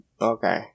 Okay